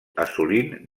assolint